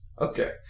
Okay